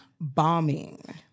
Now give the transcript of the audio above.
bombing